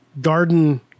garden